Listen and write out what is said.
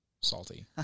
Salty